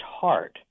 heart